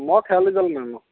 মই খেয়ালি জাল মাৰিম অঁ